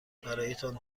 برایتان